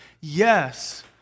Yes